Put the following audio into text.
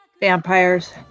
Vampires